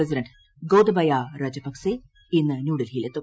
president Gotabaya Rajapaksa ഇന്ന് ന്യൂഡൽഹിയിൽ എത്തും